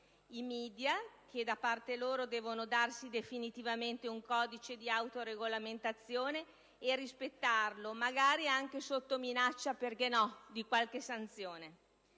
i *media*, che da parte loro devono darsi definitivamente un codice di autoregolamentazione e rispettarlo, magari anche sotto minaccia - perché no? - di qualche sanzione;